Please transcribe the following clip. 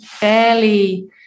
barely –